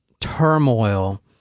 turmoil